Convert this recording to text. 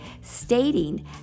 stating